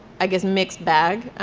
i guess, mixed bag.